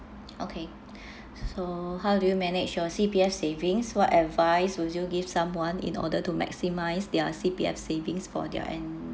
okay so how do you manage your C_P_F savings what advice would you give someone in order to maximise their C_P_F savings for their en~